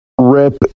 rip